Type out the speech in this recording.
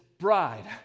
bride